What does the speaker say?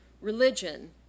religion